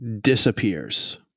disappears